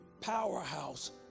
powerhouse